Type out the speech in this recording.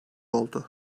oldu